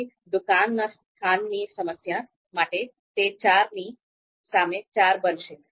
તેથી દુકાનના સ્થાનની સમસ્યા માટે તે ચારની સામે ચાર બનશે